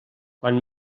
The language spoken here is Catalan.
quan